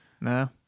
no